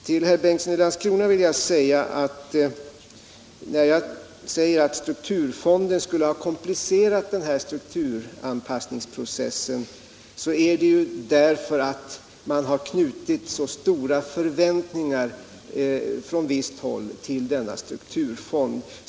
Till herr Bengtsson i Landskrona vill jag säga, att när jag påstår att strukturfonden skulle komplicera strukturanpassningsprocessen är det därför att man från visst håll knutit så stora förväntningar till denna strukturfond.